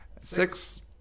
Six